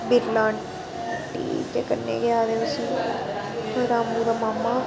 बिरला aunty ते कन्नै केह् आखदे उसी रामू दा मामा